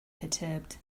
perturbed